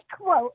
quote